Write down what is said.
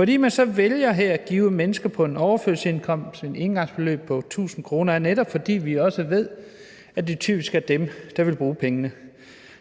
At man så vælger her at give mennesker på en overførselsindkomst et engangsbeløb på 1.000 kr. er netop, fordi vi også ved, at det typisk er dem, der vil bruge pengene.